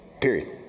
period